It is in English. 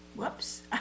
Whoops